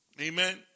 Amen